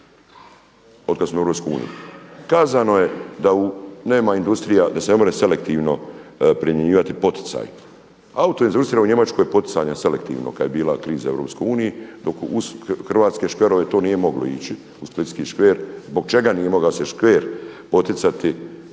da nema industrija, da se ne može selektivno primjenjivati poticaj. Auto industrija je u Njemačkoj poticana selektivno kad je bila kriza u EU, dok uz hrvatske škverove to nije moglo ići u splitski škver. Zbog čega nije moglo da se škver poticati